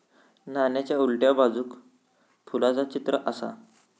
नाण्याच्या उलट्या बाजूक फुलाचा चित्र आसा